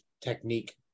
technique